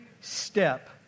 step